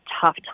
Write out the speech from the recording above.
tough